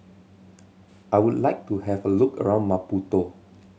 I would like to have a look around Maputo